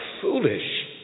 foolish